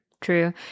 true